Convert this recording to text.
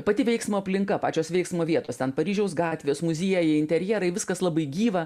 pati veiksmo aplinka pačios veiksmo vietos ten paryžiaus gatvės muziejai interjerai viskas labai gyva